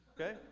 okay